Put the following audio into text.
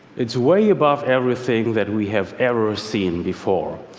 it's way above everything that we have ever seen before.